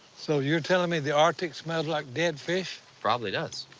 so you're telling me the arctic smells like dead fish? probably does.